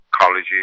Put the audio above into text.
college